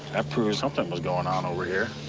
ah proves something was going on over here.